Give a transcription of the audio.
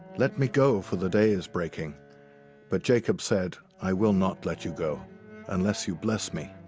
let me go, for the day is breaking but jacob said, i will not let you go unless you bless me